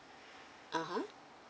(uh huh)